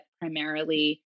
primarily